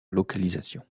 localisation